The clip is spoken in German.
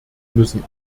müssen